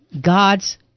God's